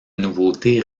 nouveautés